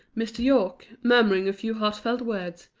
mr. yorke, murmuring a few heartfelt words,